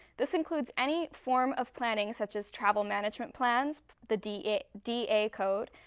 this includes any form of planning such as travel management plans, the da da code,